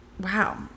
Wow